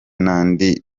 n’andi